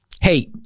hey